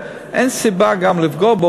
אין סיבה גם לפגוע בו,